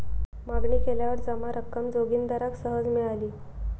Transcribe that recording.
मागणी केल्यावर जमा रक्कम जोगिंदराक सहज मिळाली